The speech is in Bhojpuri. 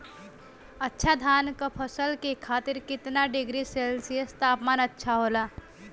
अच्छा धान क फसल के खातीर कितना डिग्री सेल्सीयस तापमान अच्छा होला?